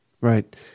Right